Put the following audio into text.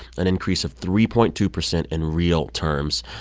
an increase of three point two percent in real terms,